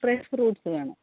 fresh fruits വേണം